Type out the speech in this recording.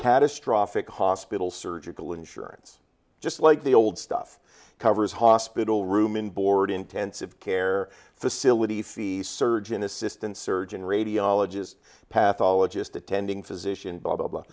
catastrophic hospital surgical insurance just like the old stuff covers hospital room and board intensive care facility fee surgeon assistant surgeon radiologist path ologist attending physician blah blah blah